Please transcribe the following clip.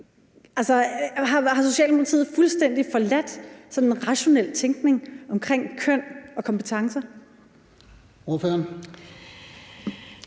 Har Socialdemokratiet fuldstændig forladt sådan rationel tænkning omkring køn og kompetencer?